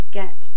get